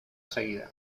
seguida